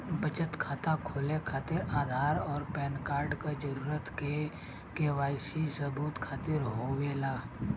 बचत खाता खोले खातिर आधार और पैनकार्ड क जरूरत के वाइ सी सबूत खातिर होवेला